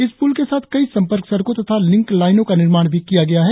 इस पुल के साथ कई संपर्क सड़को तथा लिंक लाइनों का निर्माण भी किया गया है